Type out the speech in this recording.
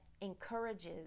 encourages